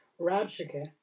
Rabshakeh